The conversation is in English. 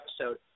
episode